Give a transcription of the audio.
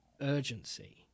urgency